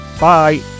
Bye